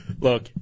Look